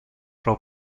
pro